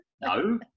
no